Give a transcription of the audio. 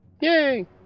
yay